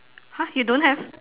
!huh! you don't have